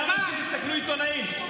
למה שיסכלו עיתונאים?